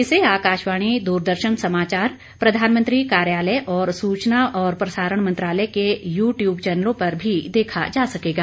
इसे आकाशवाणी द्रदर्शन समाचार प्रधानमंत्री कार्यालय और सूचना और प्रसारण मंत्रालय के यू ट्यूब चौनलों पर भी देखा जा सकेगा